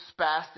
spastic